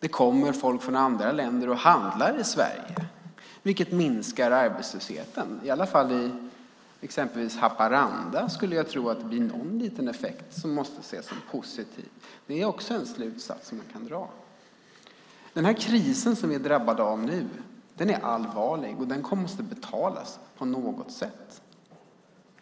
Det kommer folk från andra länder och handlar i Sverige, vilket minskar arbetslösheten. I alla fall i exempelvis Haparanda tror jag att det ger någon liten effekt som måste ses som positiv. Det är också en slutsats man kan dra. Den kris som vi nu är drabbade av är allvarlig, och den måste betalas på något sätt.